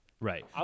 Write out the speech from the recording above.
right